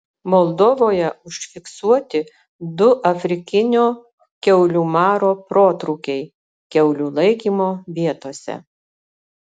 moldovoje užfiksuoti du afrikinio kiaulių maro protrūkiai kiaulių laikymo vietose